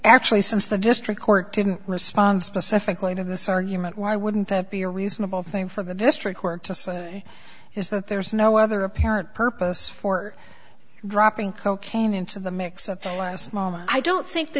actually since the district court didn't respond specifically to this argument why wouldn't that be a reasonable thing for the district court to say is that there is no other apparent purpose for dropping cocaine into the mix of i don't think the